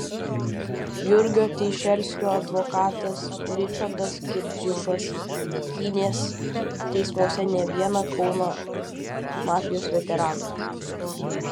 jurgio teišerskio advokatas ričardas girdziušas gynęs teismuose ne vieną kauno mafijos veteraną